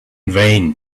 vain